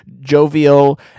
jovial